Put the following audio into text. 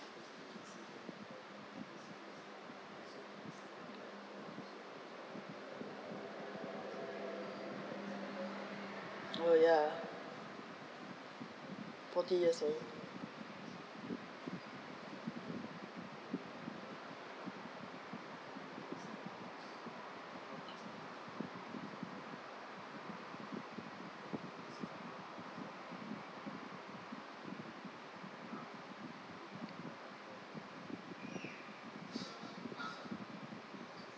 oh ya forty years old